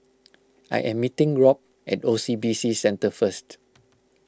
I am meeting Robb at O C B C Centre first